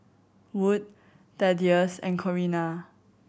Wood Thaddeus and Corrina